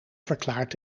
verklaart